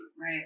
right